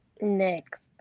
next